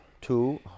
two